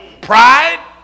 Pride